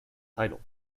title